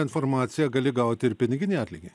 informaciją gali gauti ir piniginį atlygį